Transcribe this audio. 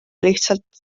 lihtsalt